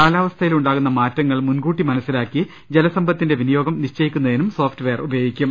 കാലാവസ്ഥയിലുണ്ടാകുന്ന മാറ്റങ്ങൾ മുൻകൂട്ടി മനസ്സിലാക്കി ജലസമ്പ ത്തിന്റെ വിനിയോഗം നിശ്ചയിക്കുന്നതിനും സോഫ്റ്റ്വെയർ ഉപകരിക്കും